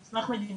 זה מסמך מדיניות